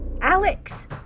Alex